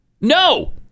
No